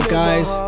guys